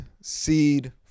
Seed